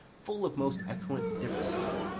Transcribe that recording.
full of most excellent differences,